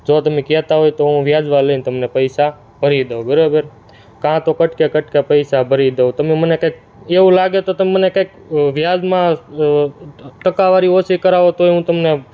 જો તમે કહેતા હોય તો હું વ્યાજમાં લઈને તમને પૈસા ભરી દઉં બરાબર કાંતો કટકે કટકે પૈસા ભરી દઉં તમે મને કંઈક એવું લાગે તો તમે મને કંઈક વ્યાજમાં ટકાવારી ઓછી કરાવો તોય હું તમને